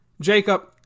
Jacob